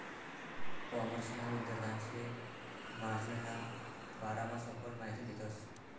कॉमर्सना विद्यार्थांसले मार्जिनना बारामा सखोल माहिती देतस